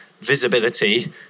visibility